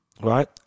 right